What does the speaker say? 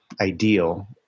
ideal